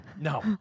No